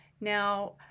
Now